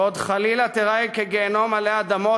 ועוד חלילה תיראה כגיהינום עלי אדמות